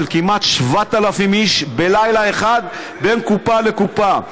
כמעט 7,000 איש בלילה אחד מקופה לקופה.